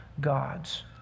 God's